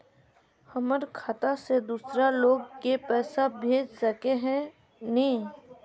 हमर खाता से दूसरा लोग के पैसा भेज सके है ने?